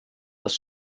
dass